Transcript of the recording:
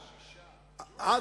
6. אז,